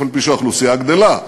אף-על-פי שהאוכלוסייה גדלה.